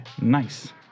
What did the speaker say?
Nice